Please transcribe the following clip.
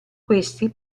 questi